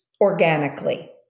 organically